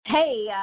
Hey